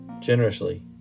generously